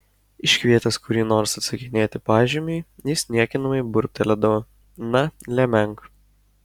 iškvietęs kurį nors atsakinėti pažymiui jis niekinamai burbteldavo na lemenk